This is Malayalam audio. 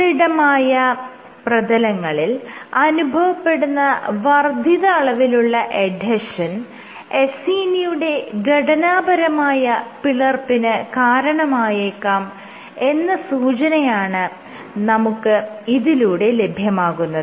സുദൃഢമായ പ്രതലങ്ങളിൽ അനുഭവപ്പെടുന്ന വർദ്ധിത അളവിലുള്ള എഡ്ഹെഷൻ അസീനിയുടെ ഘടനാപരമായ പിളർപ്പിന് കാരണമായേക്കാം എന്ന സൂചനയാണ് നമുക്ക് ഇതിലൂടെ ലഭ്യമാകുന്നത്